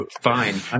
Fine